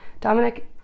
Dominic